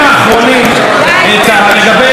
לגבי העתיד של מפלגת העבודה,